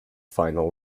final